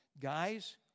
Guys